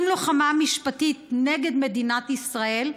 עם לוחמה משפטית נגד מדינת ישראל.